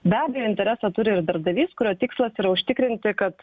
be abejo interesą turi ir darbdavys kurio tikslas yra užtikrinti kad